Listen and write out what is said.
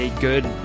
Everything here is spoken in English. good